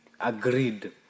agreed